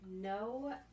No